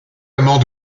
amant